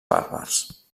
bàrbars